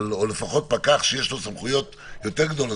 או לפחות פקח שיש לו סמכויות יותר גדולות,